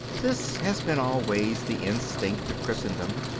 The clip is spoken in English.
this has been always the instinct of christendom,